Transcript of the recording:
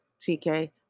TK